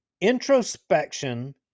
introspection